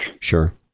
Sure